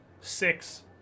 six